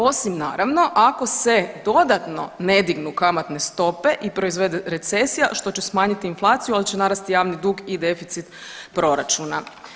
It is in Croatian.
Osim naravno ako se dodatno ne dignu kamatne stope i proizvede recesija što će smanjiti inflaciju, ali će narasti javni dug i deficit proračuna.